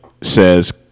says